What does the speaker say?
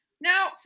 Now